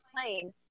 plane